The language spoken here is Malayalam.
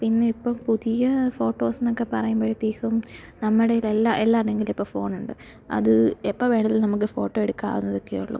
പിന്നെ ഇപ്പം പുതിയ ഫോട്ടോസ് എന്നൊക്കെ പറയുമ്പോഴത്തേക്കും നമ്മുടെ എല്ലാ എല്ലാവരുടെയും കൈയ്യിലി ഇപ്പോൾ ഫോണുണ്ട് അത് എപ്പോൾ വേണമെങ്കിലും നമുക്ക് ഫോട്ടോ എടുക്കാവുന്നതൊക്കെയേയുള്ളു